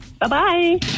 Bye-bye